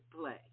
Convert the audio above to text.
play